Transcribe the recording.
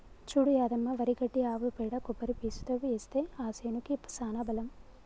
చూడు యాదమ్మ వరి గడ్డి ఆవు పేడ కొబ్బరి పీసుతో ఏస్తే ఆ సేనుకి సానా బలం